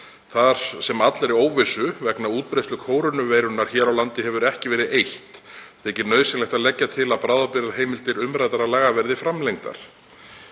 Þar sem allri óvissu vegna útbreiðslu kórónuveirunnar hér á landi hefur ekki verið eytt þykir nauðsynlegt að leggja til að bráðabirgðaheimildir umræddra laga verði framlengdar.